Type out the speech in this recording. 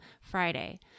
Friday